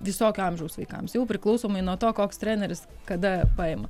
visokio amžiaus vaikams jau priklausomai nuo to koks treneris kada paima